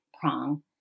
prong